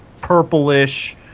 purplish